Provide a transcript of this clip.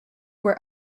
were